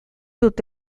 dut